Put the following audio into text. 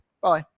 Bye